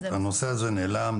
הנושא הזה נעלם,